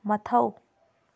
ꯃꯊꯧ